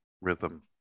rhythm